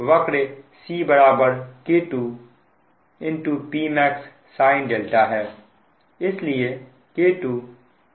वक्र C बराबर K2 Pmax sin है